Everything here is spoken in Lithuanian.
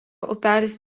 upelis